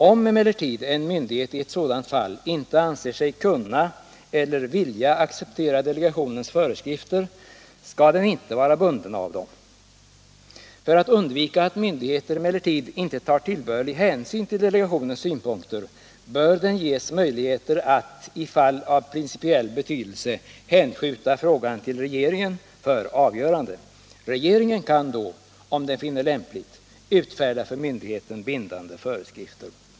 Om emellertid en myndighet i ett sådant fall inte anser sig kunna eller vilja acceptera delegationens föreskrifter, skall den inte heller vara bunden av dem. För att undvika att myndigheter inte tar tillbörlig hänsyn till delegationens synpunkter bör den ges möjligheter att, i fall av principiell betydelse, hänskjuta frågan till regeringen för avgörande. Regeringen kan då, om den finner lämpligt, utfärda för myndigheten bindande föreskrifter.